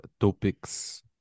topics